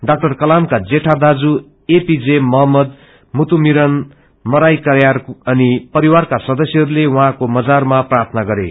ड़ा कलामका जेठा दाजू एपी मोहम्मद मुतुमीरन मरायक्यार अनि परिवारका सदस्यहरूले उहाँको मजारमा प्रार्थना गरे